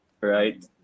right